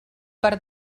per